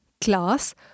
class